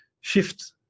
shift